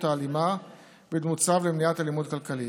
האלימה בדמות צו למניעת אלימות כלכלית.